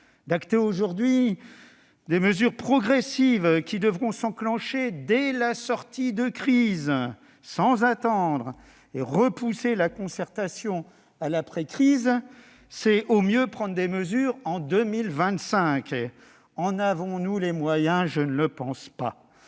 d'acter, aujourd'hui, des mesures progressives qui devront s'enclencher dès la sortie de la crise, sans attendre. Repousser la concertation à l'après-crise reviendrait, au mieux, à prendre des mesures en 2025 : en avons-nous les moyens ? Je ne le pense pas.